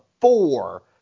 four